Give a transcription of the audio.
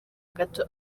gato